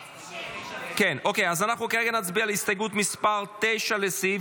אז אנחנו כרגע נצביע על הסתייגות 9 לסעיף